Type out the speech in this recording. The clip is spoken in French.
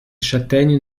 châtaignes